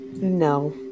No